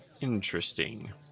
interesting